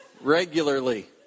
regularly